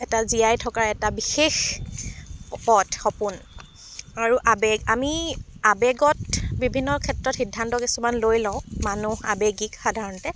এটা জীয়াই থকাৰ এটা বিশেষ পথ সপোন আৰু আবেগ আমি আবেগত বিভিন্ন ক্ষেত্ৰত সিদ্ধান্ত কিছুমান লৈ লওঁ মানুহ আবেগিক সাধাৰণতে